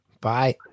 Bye